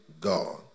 God